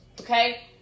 okay